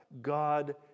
God